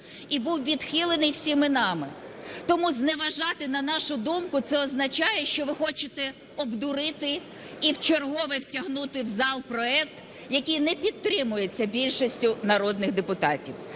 і був відхилений всіма нами, тому зневажати на нашу думку – це означає, що ви хочете обдурити і вчергове втягнути в зал проект, який не підтримується більшістю народних депутатів.